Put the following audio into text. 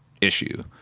issue